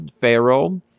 Pharaoh